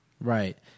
Right